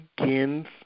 begins